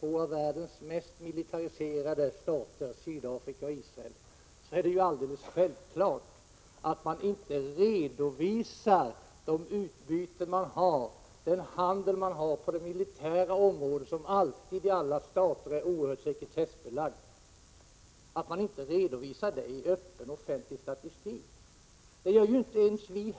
av världens mest militariserade stater, Sydafrika och Israel, är det alldeles självklart att man inte redovisar handelsutbytet och utbytet på det militära området, som ju alltid i alla stater är oerhört strängt sekretessbelagt, i öppen och offentlig statistik. Det gör ju inte ens vi!